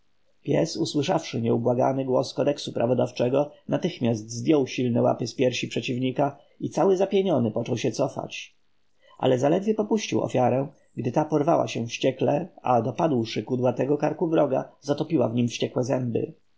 usłyszawszy nieubłagany głos kodeksu prawodawczego natychmiast zdjął silne łapy z piersi przeciwnika i cały zapieniony począł się cofać ale zaledwie popuścił ofiarę gdy ta porwała się wściekle a dopadłszy kudłatego karku wroga zatopiła w nim wściekłe zęby